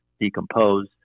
decompose